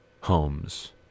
homes